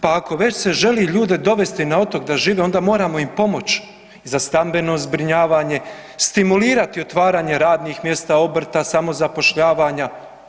Pa ako već se želi ljude dovesti na otok da žive onda moramo im pomoći za stambeno zbrinjavanje, stimulirati otvaranje radnih mjesta, obrta, samozapošljavanja.